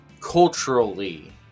culturally